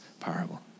Parable